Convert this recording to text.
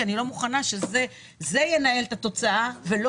כי אני לא מוכנה שזה ינהל את התוצאה ולא